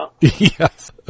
Yes